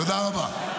תודה רבה.